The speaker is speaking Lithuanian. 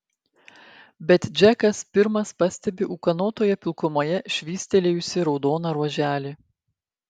bet džekas pirmas pastebi ūkanotoje pilkumoje švystelėjusį raudoną ruoželį